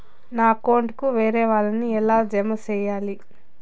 నా అకౌంట్ కు వేరే వాళ్ళ ని ఎలా జామ సేయాలి?